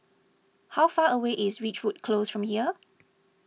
how far away is Ridgewood Close from here